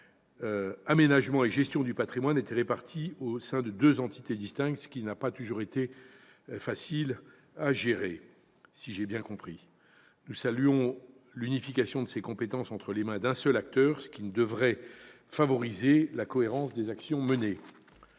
aménagement et gestion du patrimoine étaient répartis au sein de deux entités distinctes, ce qui, semble-t-il, n'a pas toujours été facile à gérer. Nous saluons l'unification de ces compétences entre les mains d'un seul acteur, car elle devrait favoriser la cohérence des actions menées.